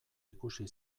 ikusi